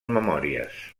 memòries